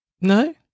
No